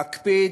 להקפיד,